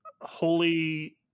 holy